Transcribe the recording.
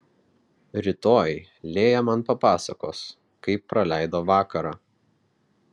rytoj lėja man papasakos kaip praleido vakarą